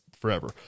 forever